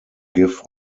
give